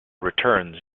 returns